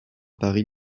paris